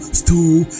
stole